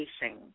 facing